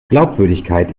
glaubwürdigkeit